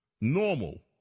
Normal